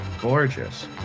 gorgeous